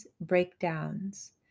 breakdowns